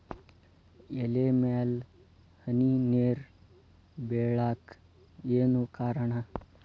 ಎಲೆ ಮ್ಯಾಲ್ ಹನಿ ನೇರ್ ಬಿಳಾಕ್ ಏನು ಕಾರಣ?